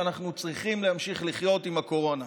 שאנחנו צריכים להמשיך לחיות עם הקורונה.